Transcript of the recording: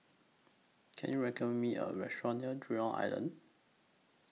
Can YOU recommend Me A Restaurant near Jurong Island